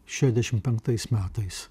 šešiasdešimt penktais metais